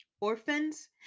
orphans